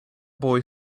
boy